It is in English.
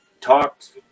talked